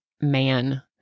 man